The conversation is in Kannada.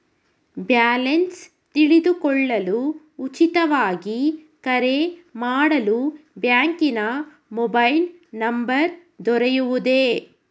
ಬ್ಯಾಲೆನ್ಸ್ ತಿಳಿದುಕೊಳ್ಳಲು ಉಚಿತವಾಗಿ ಕರೆ ಮಾಡಲು ಬ್ಯಾಂಕಿನ ಮೊಬೈಲ್ ನಂಬರ್ ದೊರೆಯುವುದೇ?